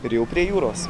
ir jau prie jūros